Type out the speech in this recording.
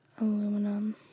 Aluminum